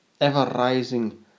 ever-rising